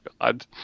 God